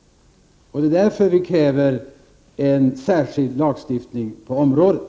Det är därför som vi kräver en särskild lagstiftning på området.